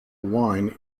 wine